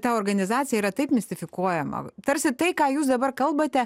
ta organizacija yra taip mistifikuojama tarsi tai ką jūs dabar kalbate